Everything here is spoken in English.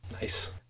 nice